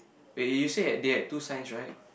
wait you said they had two signs right